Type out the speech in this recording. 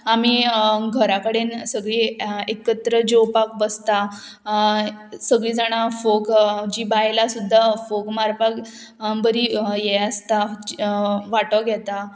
आमी घरा कडेन सगळीं एकत्र जेवपाक बसता सगळीं जाणां फोग जी बायलां सुद्दां फोग मारपाक बरी हें आसता वांटो घेता